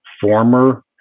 former